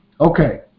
Okay